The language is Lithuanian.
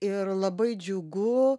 ir labai džiugu